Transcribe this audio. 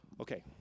Okay